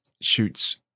shoots